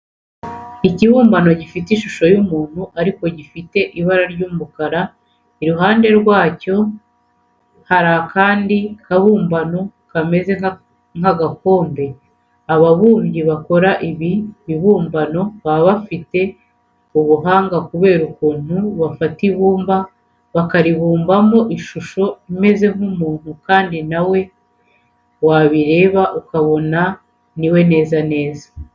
Ikibumbano gifite ishusho y'umuntu ariko gifite ibara ry'umukara, iruhande rwacyo hari akandi kabumbano kameze nk'agakombe. Ababumbyi bakora ibi bibumbano baba bafite ubuhanga kubera ukuntu bafata ibumba bakaribumbamo ishusho imeze nk'umuntu kandi nawe wabireba ukabona ni we neza neza.